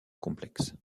complexe